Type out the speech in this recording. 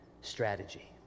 strategy